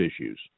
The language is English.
issues